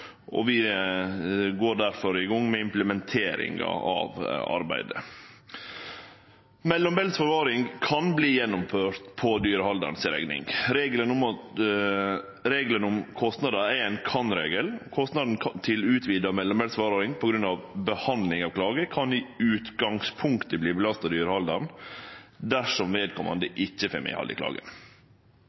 og vi går difor i gang med implementeringa av arbeidet. Mellombels forvaring kan verte gjennomført på dyrehaldaren si rekning. Regelen om kostnader er ein kan-regel. Kostnaden til utvida mellombels forvaring på grunn av behandling av klagen kan i utgangspunktet belastast dyrehaldaren dersom vedkomande ikkje får medhald i klagen.